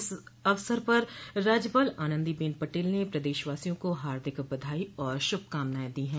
इस अवसर पर राज्यपाल आनंदीबेन पटेल ने प्रदेशवासियों को हार्दिक बधाई और श्रभकामनाएं दी हैं